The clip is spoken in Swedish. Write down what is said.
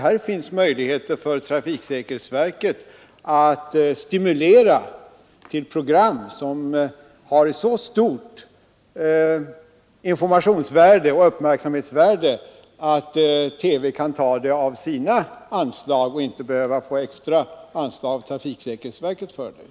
Här finns det möjligheter för trafiksäkerhetsverket att stimulera till program som har så stort informationsoch uppmärksamhetsvärde att TV kan bekosta dem med sina anslag och inte behöver få extra anslag från trafiksäkerhetsverket för dem.